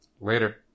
Later